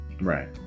Right